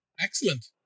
Excellent